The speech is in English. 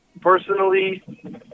Personally